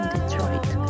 Detroit